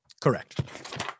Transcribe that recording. Correct